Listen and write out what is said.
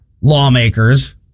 lawmakers